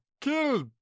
kill